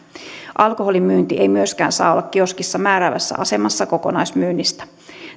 alkoholin myynti ei myöskään saa olla kioskissa määräävässä asemassa kokonaismyynnistä